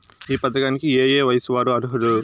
ఈ పథకానికి ఏయే వయస్సు వారు అర్హులు?